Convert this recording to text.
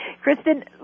Kristen